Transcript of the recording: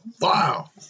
wow